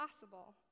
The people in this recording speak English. possible